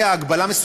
המדינה.